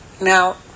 Now